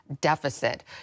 deficit